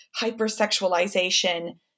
hypersexualization